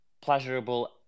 pleasurable